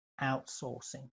outsourcing